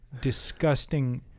disgusting